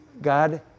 God